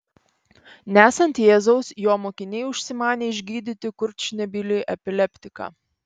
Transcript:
nesant jėzaus jo mokiniai užsimanė išgydyti kurčnebylį epileptiką